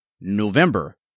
November